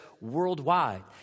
worldwide